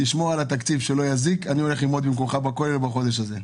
תשמור על התקציב שלא יזיק ואני אלך ללמוד במקומך בכולל בחודש הזה.